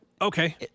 Okay